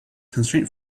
constraint